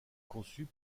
conçu